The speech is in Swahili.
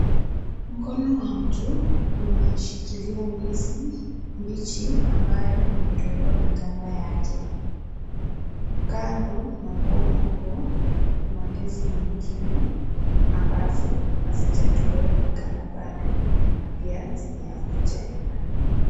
Mkono wa mtu umeshikilia ndizi mbichi ambayo imetolewa maganda yake. Kando na mkono huo kuna ndizi nyingine ambazo hazijatolewa maganda baado na pia zenye hazija iva.